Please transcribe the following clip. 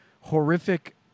horrific